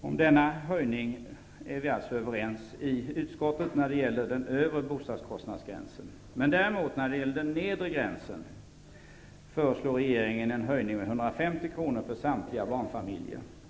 Om denna höjning föreligger alltså fullständig politisk enighet i utskottet. När det gäller den nedre gränsen föreslår regeringen däremot en höjning med 150 kr. för samtliga barnfamiljer.